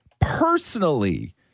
personally